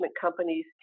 companies